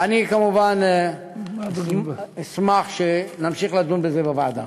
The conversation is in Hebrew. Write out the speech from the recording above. אני, כמובן, אשמח שנמשיך לדון בזה בוועדה.